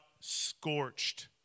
scorched